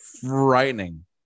frightening